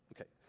Okay